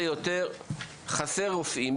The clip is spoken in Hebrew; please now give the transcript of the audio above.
חסרים רופאים,